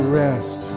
rest